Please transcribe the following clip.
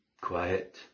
quiet